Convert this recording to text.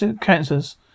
cancers